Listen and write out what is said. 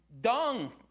dung